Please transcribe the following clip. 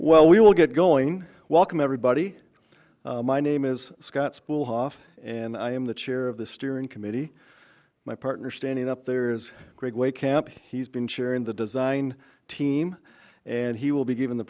well we will get going welcome everybody my name is scott spool hoff and i am the chair of the steering committee my partner standing up there is a great way camp he's been chairing the design team and he will be given the